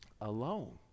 alone